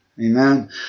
Amen